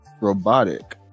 robotic